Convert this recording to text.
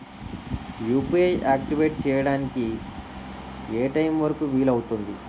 UPI activate చెయ్యడానికి ఏ time వరుకు వీలు అవుతుంది?